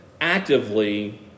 actively